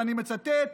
ואני מצטט,